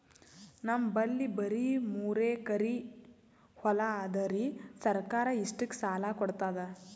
ನಮ್ ಬಲ್ಲಿ ಬರಿ ಮೂರೆಕರಿ ಹೊಲಾ ಅದರಿ, ಸರ್ಕಾರ ಇಷ್ಟಕ್ಕ ಸಾಲಾ ಕೊಡತದಾ?